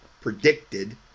predicted